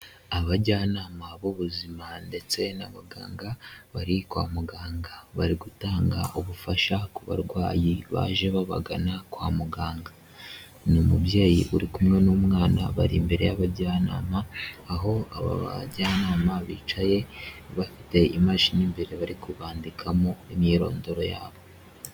Abajyanama b'ubuzima ndetse n'abaganga bari kwa muganga, bari gutanga ubufasha ku barwayi baje babagana kwa muganga, ni umubyeyi uri kumwe n'umwana bari imbere y'abajyanama, aho aba bajyanama bicaye bafite imashini imbere bari kubandikamo imyirondoro yabo.